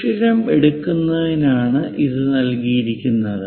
സുഷിരം എടുക്കുന്നതിനാണ് ഇത് നൽകിയിരിക്കുന്നത്